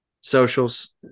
socials